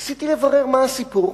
ניסיתי לברר מה הסיפור,